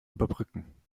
überbrücken